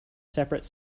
separate